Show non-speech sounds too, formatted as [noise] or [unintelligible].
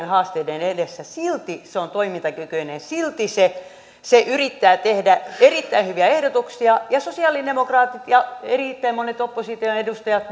[unintelligible] haasteiden edessä silti se on toimintakykyinen silti se se yrittää tehdä erittäin hyviä ehdotuksia ja sosialidemokraatit ja erittäin monet opposition edustajat [unintelligible]